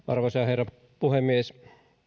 arvoisa herra puhemies